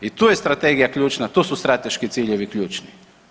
I tu je Strategija ključna, tu su strateški ciljevi ključni.